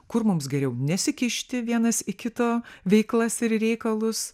kur mums geriau nesikišti vienas į kito veiklas ir reikalus